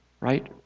Right